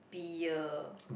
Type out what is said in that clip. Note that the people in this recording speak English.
beer